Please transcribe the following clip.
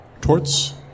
torts